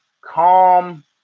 calm